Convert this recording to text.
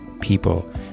people